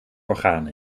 orgaan